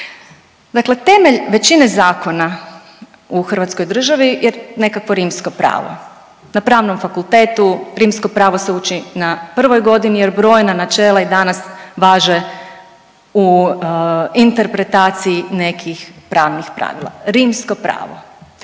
Dakle temelj većine zakona u hrvatskoj državi je nekakvo rimsko pravo, na pravnom fakultetu rimsko pravo se uči na prvoj godini jer brojna načela i danas važe u interpretaciji nekih pravnih pravila. Rimsko pravo.